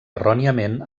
erròniament